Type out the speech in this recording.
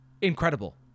incredible